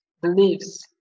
beliefs